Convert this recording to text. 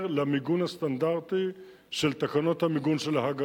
למיגון הסטנדרטי של תקנות המיגון של הג"א,